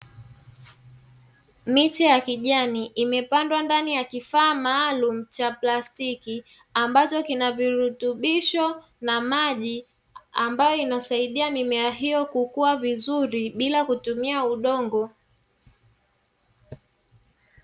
Miti ya kijani imepandwa ndani ya kifaa maalumu cha plastiki, ambacho kina virutubisho na maji ambayo inasaidia mimea hiyo kukua vizuri bila kutumia udongo.